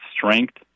strength